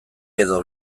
edo